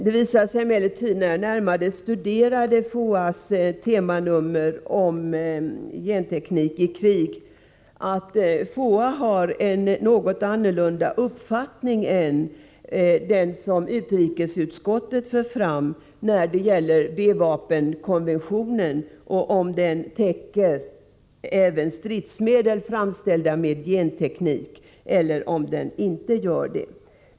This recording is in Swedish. Det visade sig emellertid, när jag närmare studerade FOA:s temanummer om genteknik i krig, att FOA har en annorlunda uppfattning än den som utrikesutskottet för fram i frågan om B-vapenkonventionen täcker även stridsmedel framställda med genteknik eller om' den inte gör det.